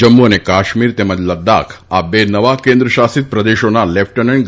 જમ્મુ અને કાશ્મીર તેમજ લદાખ આ બે નવા કેન્દ્ર શાસિત પ્રદેશોના લેફનન્ટ